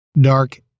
dark